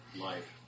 life